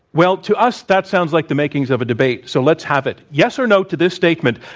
well, to us that sounds like the makings of a debate, so let's have it. yes or no to this statement.